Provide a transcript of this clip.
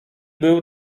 był